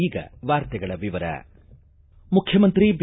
ಈಗ ವಾರ್ತೆಗಳ ವಿವರ ಮುಖ್ಯಮಂತ್ರಿ ಬಿ